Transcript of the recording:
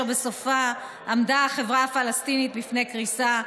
ובסופה עמדה החברה הפלסטינית בפני קריסה.